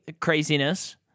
craziness